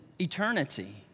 eternity